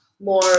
more